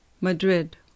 Madrid